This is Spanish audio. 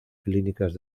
clínicas